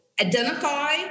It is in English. identify